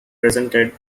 presented